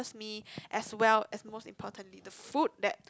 me as well as most importantly the food that